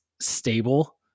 stable